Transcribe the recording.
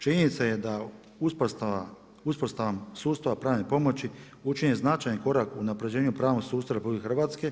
Činjenica je da uspostavom sustava pravne pomoći učinjen je značajan korak u unapređenju pravnog sustava RH.